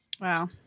Wow